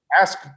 ask